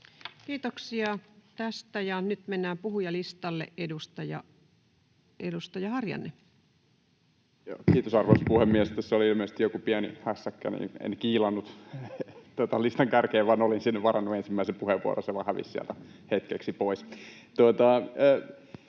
viestintäministeriön hallinnonala Time: 17:35 Content: Kiitos, arvoisa puhemies! Tässä oli ilmeisesti joku pieni hässäkkä, niin en kiilannut listan kärkeen vaan olin sinne varannut ensimmäisen puheenvuoron. Se vain hävisi sieltä hetkeksi pois.